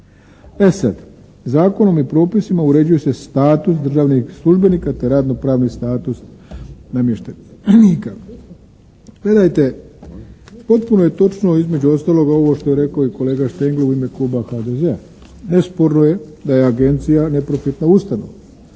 E sad, zakonom i propisima uređuje se status državnih službenika te radno pravni status namještenika. Gledajte, potpuno je točno između ostaloga ovo što je rekao i kolega Štengl u ime kluba HDZ-a. Nesporno je da je agencija neprofitna ustanova,